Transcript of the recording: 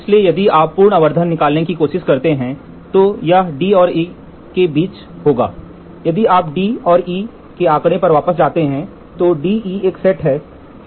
इसलिए यदि आप पूर्ण आवर्धन निकालने की कोशिश करते हैं तो यह D और E के बीच गा यदि आप D और E के आंकड़े पर वापस जाते हैं तो DE एक सेट है